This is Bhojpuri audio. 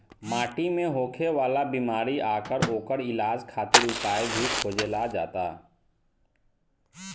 माटी मे होखे वाला बिमारी आ ओकर इलाज खातिर उपाय भी खोजल जाता